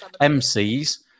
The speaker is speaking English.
MCs